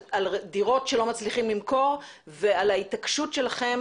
על דירות שלא מצליחים למכור ועל ההתעקשות שלכם